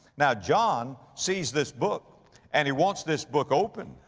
now john sees this book and he wants this book opened.